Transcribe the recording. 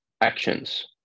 Actions